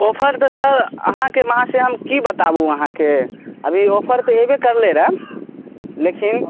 ओफरके sir अहाँकेँ माँ से हम की बताबु अहाँकेँ अभी ऑफर तऽ अयबे करलै रहऽ लेकिन